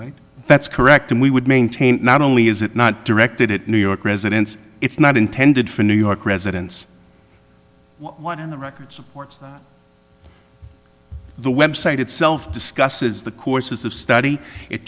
write that's correct and we would maintain not only is it not directed at new york residents it's not intended for new york residents what in the record supports the website itself discusses the courses of study it